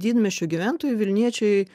didmiesčių gyventojai vilniečiai